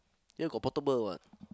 here got portable what